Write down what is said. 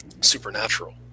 supernatural